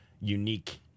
unique